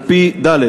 ד.